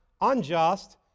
unjust